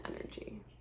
energy